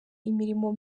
imirimo